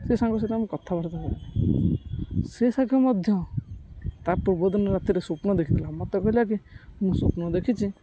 ସେ ସାଙ୍ଗ ସହିତ ଆମେ କଥାବାର୍ତ୍ତା ସେ ସାଙ୍ଗେ ମଧ୍ୟ ତା ପୂର୍ବ ଦିନ ରାତିରେ ସ୍ଵପ୍ନ ଦେଖିଥିଲା ମୋତେ କହିଲା କି ମୁଁ ସ୍ୱପ୍ନ ଦେଖିଛି